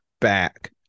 back